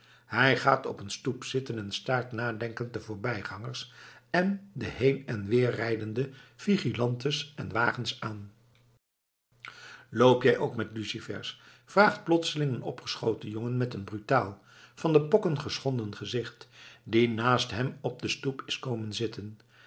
hij gaat op een stoep zitten en staart nadenkend de voorbijgangers en de heen en weer rijdende vigilantes en wagens aan loop jij ook met lucifers vraagt plotseling een opgeschoten jongen met een brutaal van de pokken geschonden gezicht die naast hem op de stoep is komen zitten